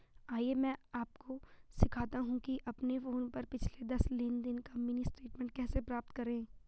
आइए मैं आपको सिखाता हूं कि अपने फोन पर पिछले दस लेनदेन का मिनी स्टेटमेंट कैसे प्राप्त करें